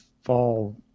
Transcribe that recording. fall